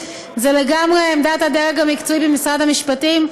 זו לגמרי עמדת הדרג המקצועי במשרד המשפטים,